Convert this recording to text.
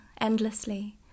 endlessly